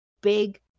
big